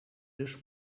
dus